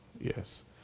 Yes